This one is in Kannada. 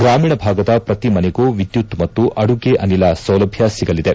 ಗ್ರಾಮೀಣ ಭಾಗದ ಪ್ರತಿಮನೆಗೂ ವಿದ್ಯುತ್ ಮತ್ತು ಅಡುಗೆ ಅನಿಲ ಸೌಲಭ್ಯ ಸಿಗಲಿದೆ